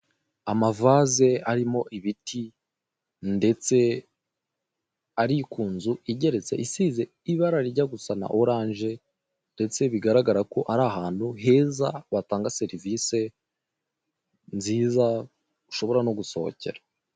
Amavaze arimo ibiti, ndetse ari ku nzu igeretse isize ibara rijya gusa na oranje, ndetse bigararaga ko ri ahantu batanga serivise nziza , ushobora no gusohokera.